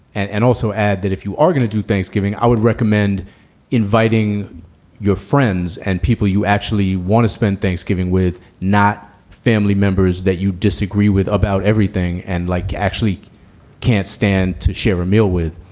and and also add that if you are going to do thanksgiving, i would recommend inviting your friends and people you actually want to spend thanksgiving with, not family members that you disagree with about everything and like actually can't stand to share a meal with.